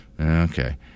Okay